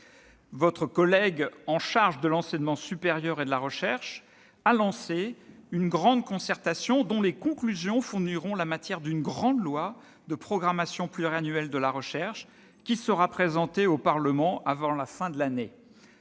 Votre collègue en charge de l'enseignement supérieur et de la recherche a lancé une grande concertation dont les conclusions fourniront la matière d'une grande loi de programmation pluriannuelle de la recherche qui sera présentée au Parlement avant la fin de l'année.